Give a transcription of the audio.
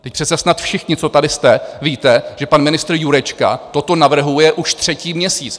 Vždyť přece snad všichni, co tady jste, víte, že pan ministr Jurečka toto navrhuje už třetí měsíc.